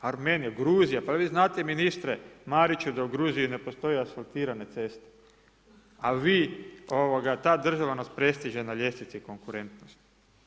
Armenija, Gruzija pa vi znate ministre Mariću da u Gruziji ne postoji asfaltirane ceste, al vi ovoga ta država nas prestiže na ljestvici konkurentnosti.